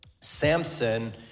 Samson